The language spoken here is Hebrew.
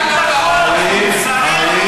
אתה לא קראת את החוק.